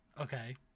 Okay